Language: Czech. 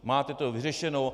Máte to vyřešeno.